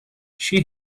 she